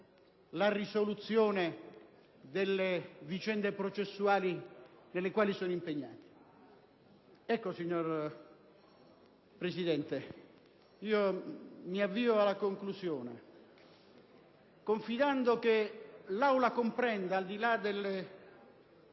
la risoluzione delle vicende processuali nelle quali sono impegnati. Signora Presidente, mi avvio alla conclusione, confidando che l'Assemblea comprenda, al di là della